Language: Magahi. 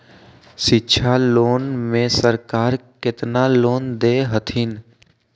शिक्षा लोन में सरकार केतना लोन दे हथिन?